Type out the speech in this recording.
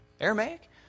Aramaic